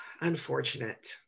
unfortunate